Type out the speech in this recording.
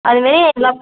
அது மாரி எல்லாப்